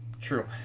True